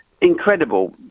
incredible